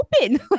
open